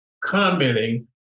commenting